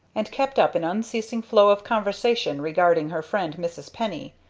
and kept up an unceasing flow of conversation regarding her friend mrs. penny,